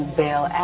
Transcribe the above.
bail